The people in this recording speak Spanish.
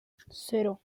cero